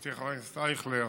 חבר הכנסת אייכלר,